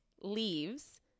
leaves